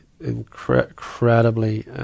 incredibly